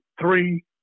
three